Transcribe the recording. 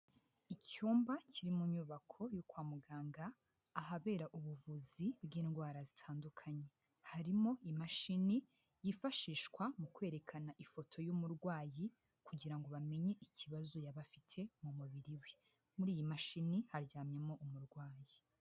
Icyumba kiri mu nyubako yo kwa muganga, ahabera ubuvuzi bw'indwara zitandukanye, harimo imashini yifashishwa mu kwerekana ifoto y'umurwayi kugira ngo bamenye ikibazo yabafi mu mubiri we, muri iyi mashini haryamyemo umurwayi.